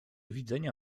widzenia